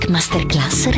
Masterclass